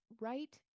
right